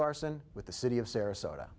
larson with the city of sarasota